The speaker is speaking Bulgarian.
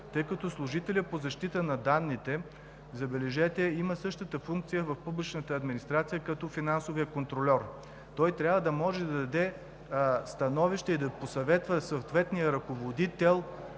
тъй като служителят по защита на данните – забележете – има същата функция в публичната администрация, като финансовия контрольор. Той трябва да може да даде становище и да посъветва съответния ръководител